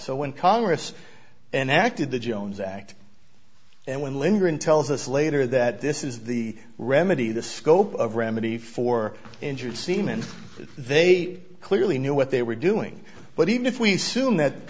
so when congress and acted the jones act and when lyndon tells us later that this is the remedy the scope of remedy for injured seamen they clearly knew what they were doing but even if we soon that